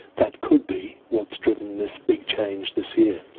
that could be what's driven this big change this year.